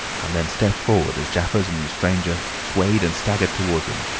and then stepped forward as jaffers and the stranger swayed and staggered towards him,